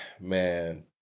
Man